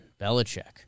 Belichick